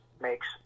makes